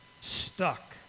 stuck